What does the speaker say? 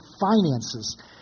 finances